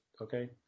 okay